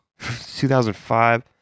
2005